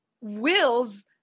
Will's